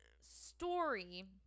story